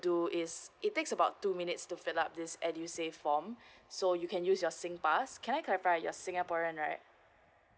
do is it takes about two minutes the fill up this edusave form so you can use your singpass can I clarify you're singaporean right